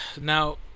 now